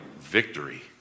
victory